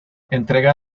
entrega